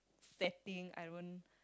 setting I don't